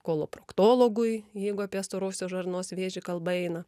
koloproktologui jeigu apie storosios žarnos vėžį kalba eina